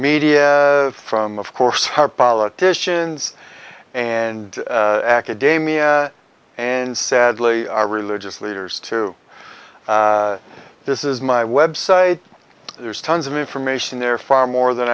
media from of course our politicians and academia and sadly religious leaders to this is my website there's tons of information there far more than